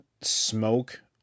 smoke